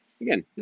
Again